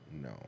No